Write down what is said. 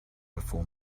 before